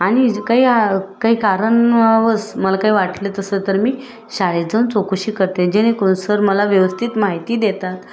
आणि काही काही कारण व वस मला काही वाटलं तसं तर मी शाळेत जाऊन चौकशी करते जेणेकरून सर मला व्यवस्थित माहिती देतात